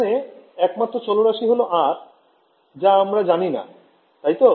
এখানে একমাত্র চলরাশি হল R যা আমরা জানি না তাই তো